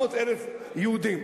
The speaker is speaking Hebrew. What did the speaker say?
700,000 יהודים,